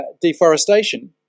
deforestation